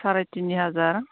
साराय थिनि हाजार